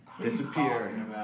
disappeared